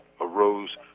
arose